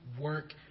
work